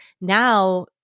Now